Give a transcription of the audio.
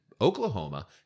Oklahoma